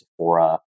Sephora